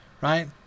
right